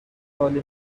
عالی